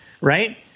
right